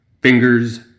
Fingers